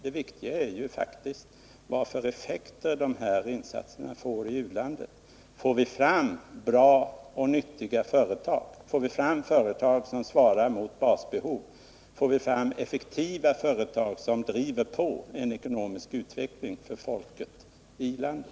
Det viktiga är vilka effekter insatserna får i u-landet: Får vi fram bra och nyttiga företag, får vi fram företag som svarar mot basbehov, får vi fram effektiva företag, som driver på en ekonomisk utveckling för folket i landet?